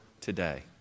today